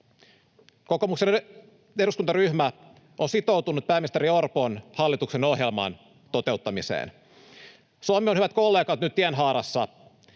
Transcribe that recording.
Kokoomuksen eduskuntaryhmä on sitoutunut pääministeri Orpon hallituksen ohjelman toteuttamiseen. Suomi on, hyvät kollegat, nyt tienhaarassa.